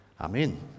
Amen